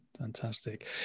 fantastic